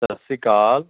ਸਤਿ ਸ਼੍ਰੀ ਅਕਾਲ